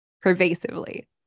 pervasively